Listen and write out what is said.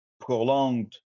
prolonged